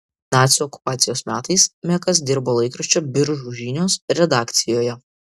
nacių okupacijos metais mekas dirbo laikraščio biržų žinios redakcijoje